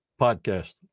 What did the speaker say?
podcast